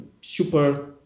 super